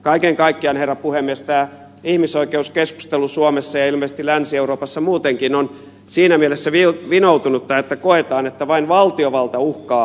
kaiken kaikkiaan herra puhemies tämä ihmisoikeuskeskustelu suomessa ja ilmeisesti länsi euroopassa muutenkin on siinä mielessä vinoutunutta että koetaan että vain valtiovalta uhkaa ihmisoikeuksia